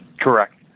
Correct